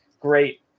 great